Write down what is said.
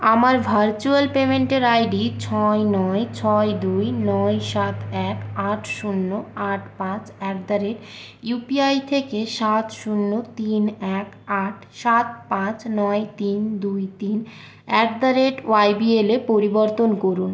আমার ভার্চুয়াল পেমেন্টের I D ছয় নয় ছয় দুই নয় সাত এক আট শূন্য আট পাঁচ at the rate U P I থেকে সাত শূন্য তিন এক আট সাত পাঁচ নয় তিন দুই তিন at the rate Y B এলে পরিবর্তন করুন